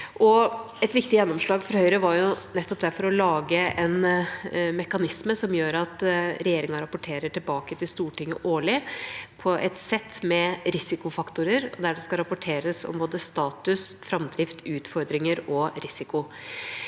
Et viktig gjennomslag for Høyre var nettopp derfor å lage en mekanisme som gjør at regjeringa årlig rapporterer tilbake til Stortinget på et sett med risikofaktorer, der det skal rapporteres om både status, framdrift, utfordringer og risiko.